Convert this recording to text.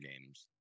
games